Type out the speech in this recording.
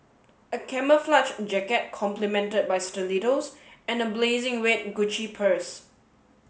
a camouflage jacket complemented by stilettos and a blazing red Gucci purse